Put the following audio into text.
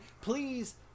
please